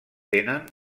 tenen